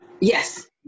Yes